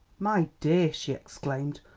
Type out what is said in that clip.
my dear! she exclaimed.